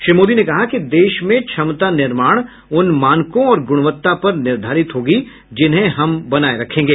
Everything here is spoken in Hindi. श्री मोदी ने कहा कि देश में क्षमता निर्माण उन मानकों और गुणवत्ता पर निर्धारित होगा जिन्हें हम बनाए रखेंगे